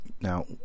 Now